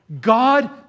God